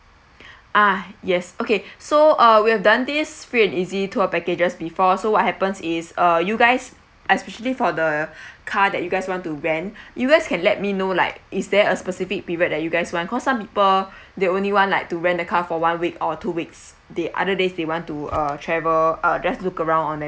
ah yes okay so uh we've done this free and easy tour packages before so what happens is uh you guys especially for the car that you guys want to rent you guys can let me know like is there a specific period that you guys want cause some people they only want like to rent a car for one week or two weeks the other days they want to uh travel uh just look around on